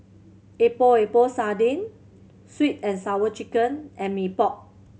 Epok Epok Sardin Sweet And Sour Chicken and Mee Pok